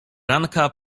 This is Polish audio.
ranka